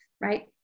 right